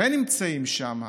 ונמצאים שם.